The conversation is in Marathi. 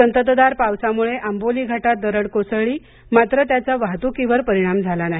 संततधार पावसामुळे आंबोली घाटात दरड कोसळली मात्र त्याचा वाहतुकीवर परिणाम झाला नाही